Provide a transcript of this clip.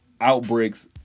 outbreaks